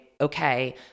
okay